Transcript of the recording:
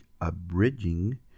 abridging